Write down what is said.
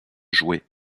joués